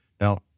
Now